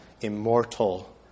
immortal